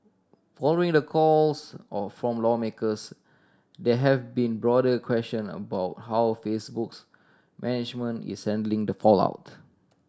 following the calls all from lawmakers there have been broader question about how Facebook's management is handling the fallout